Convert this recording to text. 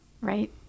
right